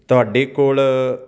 ਤੁਹਾਡੇ ਕੋਲ